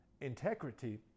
Integrity